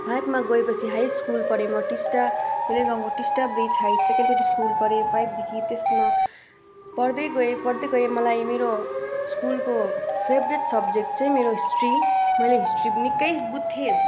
फाइभमा गएँ पछि हाई स्कुल पढेँ म टिस्टा अरे गाउँको Teesta bridge high secondary school पढेँ फाइभदेखि त्यसमा पढ्दै गएँ पढ्दै गएँ मलाई मेरो स्कुलको फेभ्रेट सब्जेक्ट चाहिँ मेरो हिस्ट्री मैले हिस्ट्री निक्कै बुझ्थेँ